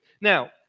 Now